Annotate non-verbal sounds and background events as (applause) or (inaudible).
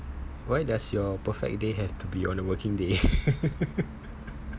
why does your perfect day have to be on a working day (laughs)